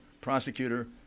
prosecutor